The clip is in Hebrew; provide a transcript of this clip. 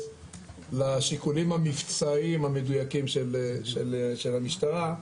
לשיקולים המבצעיים המדוייקים של המשטרה,